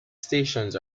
stations